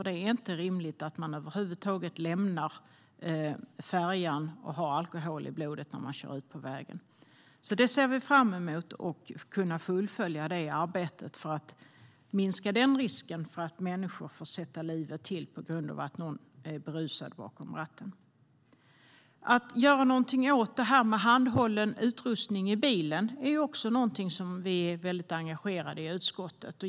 Det är inte rimligt att över huvud taget lämna färjan med alkohol i blodet när man kör ut på vägen. Vi ser fram emot att fullfölja arbetet för att minska risken att människor får sätta livet till på grund av att någon är berusad bakom ratten. Att göra något åt frågan om handhållen utrustning i bilen är också något som utskottet är engagerat i.